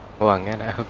along and